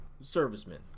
servicemen